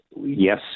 yes